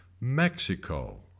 Mexico